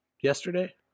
yesterday